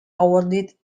awarded